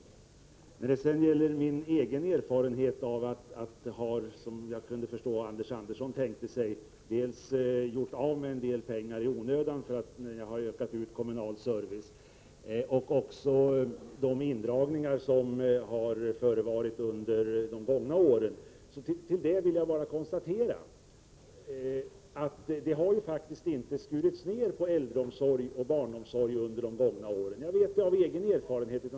Anders Andersson talar om min egen erfarenhet av att göra av med en del pengar ”i onödan”, när jag har ökat ut kommunal service, och han talar om min erfarenhet av indragningar som förevarit under de gångna åren. Jag vill då konstatera att det har faktiskt inte skurits ned på äldreomsorg och barnomsorg under de gångna åren. Jag vet detta av egen erfarenhet.